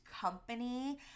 company